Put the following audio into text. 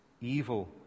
evil